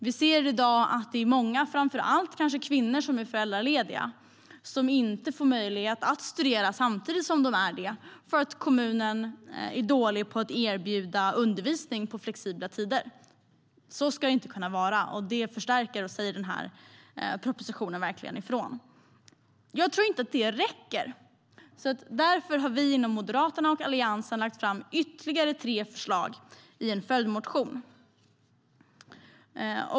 Vi ser i dag att det är många, framför allt kanske kvinnor, som är föräldralediga som inte får möjlighet att studera samtidigt som de är det för att kommunen är dålig på att erbjuda undervisning på flexibla tider. Så ska det inte vara, och där förstärker och säger propositionen verkligen ifrån. Jag tror dock inte att det räcker, och därför har Moderaterna och Alliansen lagt fram ytterligare tre förslag i en följdmotion.